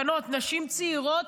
נשים צעירות,